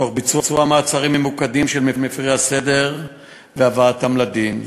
תוך ביצוע מעצרים ממוקדים של מפרי הסדר והבאתם לדין.